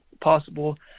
possible